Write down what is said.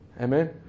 Amen